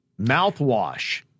mouthwash